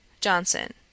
JOHNSON